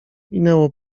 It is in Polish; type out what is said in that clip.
minęło